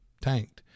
tanked